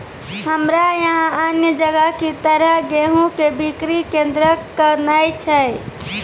हमरा यहाँ अन्य जगह की तरह गेहूँ के बिक्री केन्द्रऽक नैय छैय?